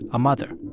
a mother.